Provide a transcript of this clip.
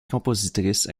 compositrice